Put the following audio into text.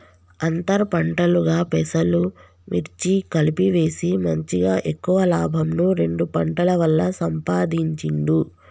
అంతర్ పంటలుగా పెసలు, మిర్చి కలిపి వేసి మంచిగ ఎక్కువ లాభంను రెండు పంటల వల్ల సంపాధించిండు